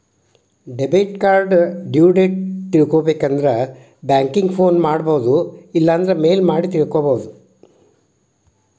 debit card due date ತಿಳ್ಕೊಬೇಕಂದ್ರ banking phone ಮಾಡೊಬೋದು ಇಲ್ಲಾಂದ್ರ ಮೇಲ್ ಮಾಡಿ ತಿಳ್ಕೋಬೋದು